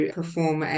perform